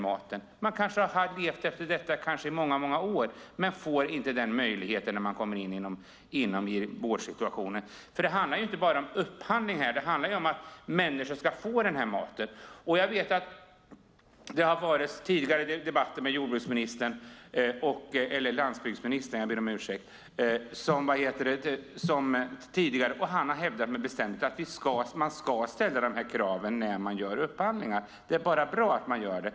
Man kan ha levt efter dessa principer i många år, men man kan inte utöva den möjligheten inom en vårdsituation. Det handlar inte bara om upphandling. Det handlar om att människor ska äta maten. Jag vet att det har varit tidigare debatter med landsbygdsministern, och han har bestämt hävdat att dessa krav ska ställas vid upphandlingar. Det är bra att göra det.